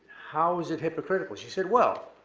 how is it hypocritical. she said, well,